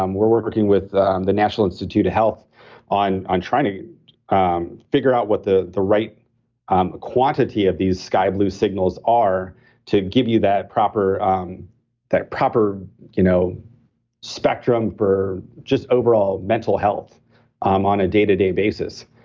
um we're working with the national institute of health on on trying to um figure out what the the right um quantity of these sky blue signals are to give you that proper um that proper you know spectrum for just overall mental health um on a day-to-day basis.